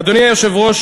אדוני היושב-ראש,